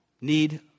need